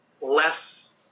less